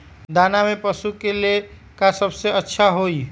दाना में पशु के ले का सबसे अच्छा होई?